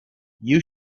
you